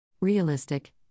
Realistic